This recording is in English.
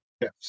yes